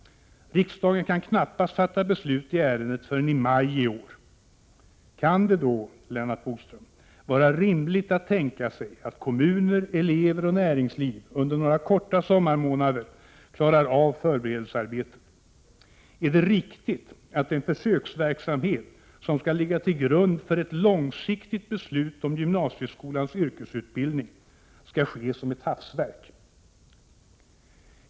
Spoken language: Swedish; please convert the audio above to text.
Riksdagen kan knappast fatta beslut i ärendet förrän i maj i år. Är det då, Lennart Bodström, rimligt att tänka sig att kommuner, elever och näringsliv klarar av förberedelsearbetet under några korta sommarmånader? Är det riktigt att en försöksverksamhet som skall ligga till grund för ett långsiktigt beslut om gymnasieskolans yrkesutbildning skall ske som ett hafsverk?